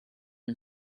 and